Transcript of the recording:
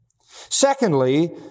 Secondly